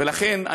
ולכן,